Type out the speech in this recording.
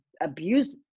abuse